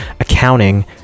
accounting